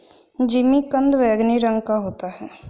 जिमीकंद बैंगनी रंग का होता है